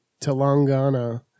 Telangana